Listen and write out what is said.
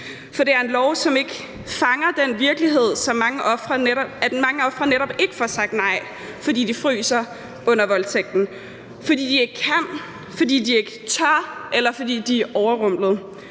For det er en lov, som ikke fanger den virkelighed, at mange ofre netop ikke får sagt nej, fordi de fryser i situationen under voldtægten, fordi de ikke kan, fordi de ikke tør, eller fordi de er overrumplet